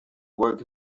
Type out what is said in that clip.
work